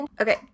Okay